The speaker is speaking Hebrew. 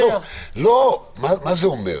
מה זה אומר?